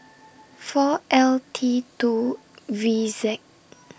four L T two V Z